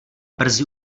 brzy